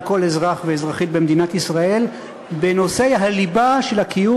כל אזרח ואזרחית במדינת ישראל בנושאי הליבה של הקיום